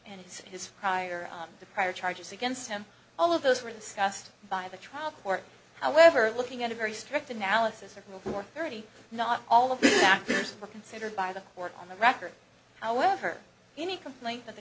and it's his prior to prior charges against him all of those were discussed by the trial court however looking at a very strict analysis of milk or thirty not all of the factors were considered by the court on the record however any complaint that the